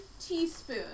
teaspoon